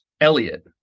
Elliot